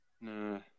No